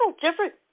different